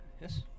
Yes